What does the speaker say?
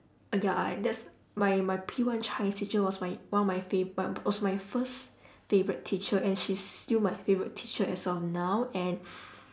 uh ya I I that's my my P one chinese teacher was my one of my fa~ bu~ was my first favourite teacher and she's still my favourite teacher as of now and